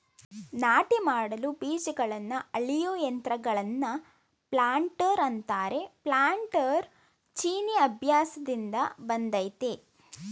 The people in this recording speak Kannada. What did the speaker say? ನಾಟಿ ಮಾಡಲು ಬೀಜಗಳನ್ನ ಅಳೆಯೋ ಯಂತ್ರಗಳನ್ನ ಪ್ಲಾಂಟರ್ ಅಂತಾರೆ ಪ್ಲಾನ್ಟರ್ ಚೀನೀ ಅಭ್ಯಾಸ್ದಿಂದ ಬಂದಯ್ತೆ